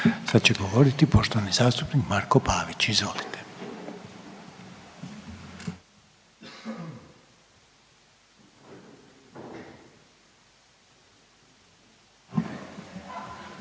Sad će govoriti poštovani zastupnik Marko Pavić. Izvolite.